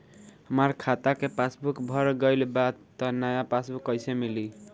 हमार खाता के पासबूक भर गएल बा त नया पासबूक कइसे मिली?